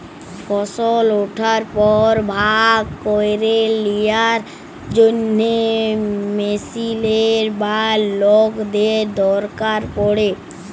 ফসল উঠার পর ভাগ ক্যইরে লিয়ার জ্যনহে মেশিলের বা লকদের দরকার পড়ে